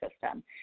system